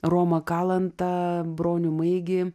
romą kalantą bronių maigį